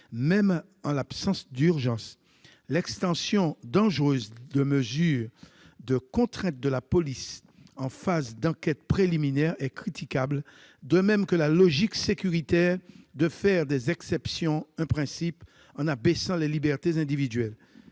en l'absence d'urgence. L'extension dangereuse de mesures de contrainte de la police en phase d'enquête préliminaire est critiquable, de même que la logique sécuritaire de faire des exceptions un principe, en abaissant les libertés individuelles.